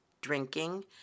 drinking